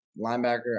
linebacker